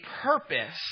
purpose